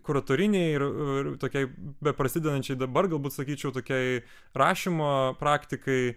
kuratorinei ir tokiai beprasidedančiai dabar galbūt sakyčiau tokiai rašymo praktikai